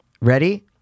ready